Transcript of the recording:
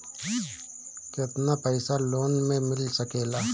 केतना पाइसा लोन में मिल सकेला?